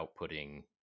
outputting